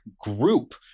group